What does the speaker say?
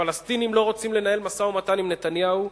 "הפלסטינים לא רוצים לנהל משא-ומתן עם נתניהו,